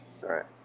right